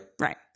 Right